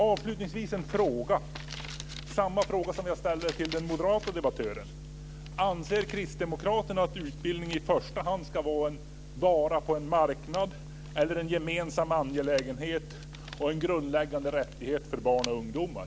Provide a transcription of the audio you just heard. Avslutningsvis samma fråga som jag ställde till den moderate debattören: Anser kristdemokraterna att utbildning i första hand ska vara en vara på en marknad eller en gemensam angelägenhet och en grundläggande rättighet för barn och ungdomar?